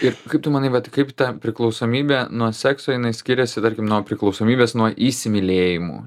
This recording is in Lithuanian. ir kaip tu manai vat kaip ta priklausomybė nuo sekso jinai skiriasi tarkim nuo priklausomybės nuo įsimylėjimų